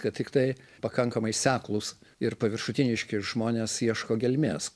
kad tiktai pakankamai seklūs ir paviršutiniški žmonės ieško gelmės